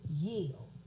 yield